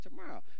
tomorrow